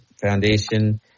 foundation